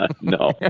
no